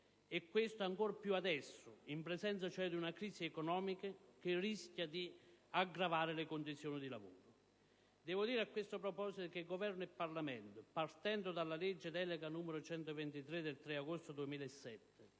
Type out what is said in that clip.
E questo ancor più adesso, in presenza cioè di una crisi economica che rischia di aggravare le condizioni di lavoro. Devo dire, a questo proposito, che Governo e Parlamento, partendo dalla legge delega 3 agosto 2007,